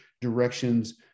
directions